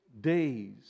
days